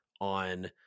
on